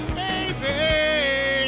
baby